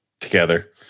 together